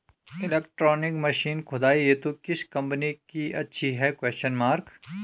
Electronic machine खुदाई हेतु किस कंपनी की अच्छी है?